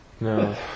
No